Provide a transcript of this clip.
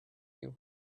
you